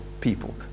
people